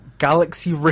Galaxy